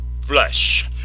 flesh